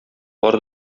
бар